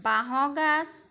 বাঁহৰ গাজ